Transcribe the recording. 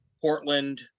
portland